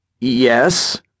Yes